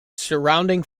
surrounding